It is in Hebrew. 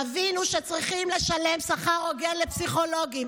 תבינו שצריכים לשלם שכר הוגן לפסיכולוגים,